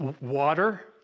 water